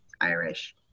Irish